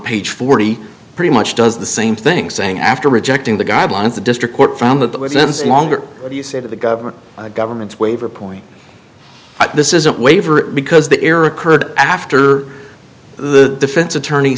page forty pretty much does the same thing saying after rejecting the guidelines the district court from the longer you say that the government government's waiver point this isn't waiver because the error occurred after the defense attorney